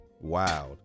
Wow